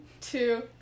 two